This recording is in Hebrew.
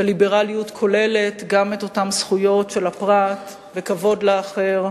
וליברליות כוללת גם את אותן זכויות של הפרט וכבוד לאחר.